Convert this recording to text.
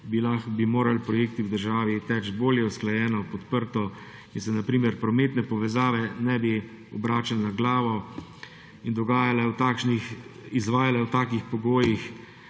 bi morali projekti v državi teči bolje, usklajeno, podprto in se na primer prometne povezave ne bi obračale na glavo in izvajale v takšnih pogojih,